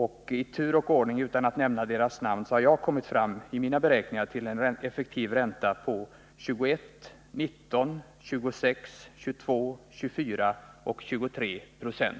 Jag har i tur och ordning — utan att nämna deras namn — kommit fram till en effektiv ränta på 21, 19,26, 22,24 och 23 96.